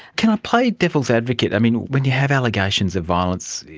can i play devil's advocate? i mean, when you have allegations of violence,